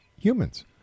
humans